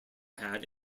had